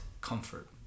comfort